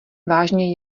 vážně